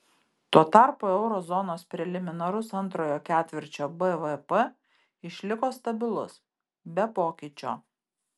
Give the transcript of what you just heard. tuo tarpu euro zonos preliminarus antrojo ketvirčio bvp išliko stabilus be pokyčio